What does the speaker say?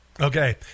Okay